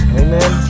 amen